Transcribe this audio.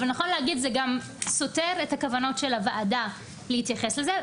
אבל נכון גם להגיד שזה גם סותר את הכוונות של הוועדה להתייחס לזה.